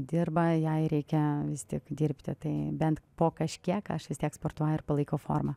dirba jai reikia vis tiek dirbti tai bent po kažkiek aš vis tiek sportuoju ir palaikau formą